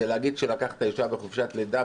זה להגיד שלקחת אישה מחופשת לידה,